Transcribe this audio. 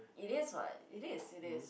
it is [what] it is it is